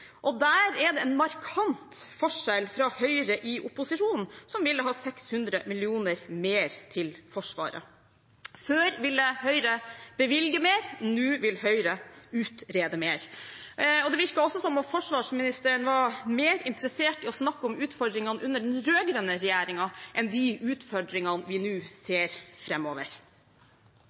Og der er det en markant forskjell fra Høyre i opposisjon, som ville ha 600 mill. kr mer til Forsvaret. Før ville Høyre bevilge mer, nå vil Høyre utrede mer. Det virker også som om forsvarsministeren var mer interessert i å snakke om utfordringene under den rød-grønne regjeringen enn de utfordringene vi nå ser